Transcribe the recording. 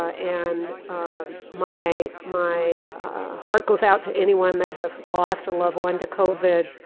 and my my heart goes out to anyone that has lost a loved one to covid,